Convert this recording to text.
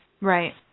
Right